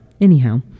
Anyhow